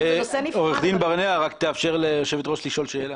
עורך דין ברנע, רק תאפשר ליושבת ראש לשאול שאלה.